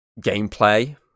gameplay